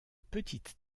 petite